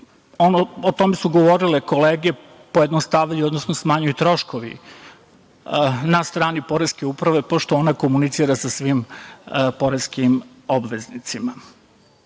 o tome su govorile kolege, pojednostavljuju, odnosno smanjuju troškovi na strani Poreske uprave, pošto ona komunicira sa svim poreskim obveznicima. Kao